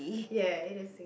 ya it is